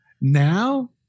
Now